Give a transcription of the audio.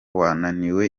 wananiwe